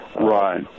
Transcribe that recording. Right